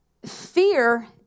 Fear